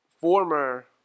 former